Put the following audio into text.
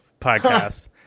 podcast